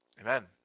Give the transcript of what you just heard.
amen